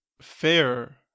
fair